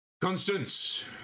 Constance